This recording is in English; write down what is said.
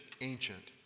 ancient